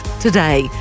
today